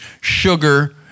sugar